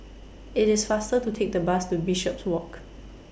IT IS faster to Take The Bus to Bishopswalk